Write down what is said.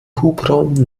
hubraum